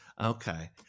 Okay